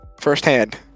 firsthand